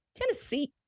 Tennessee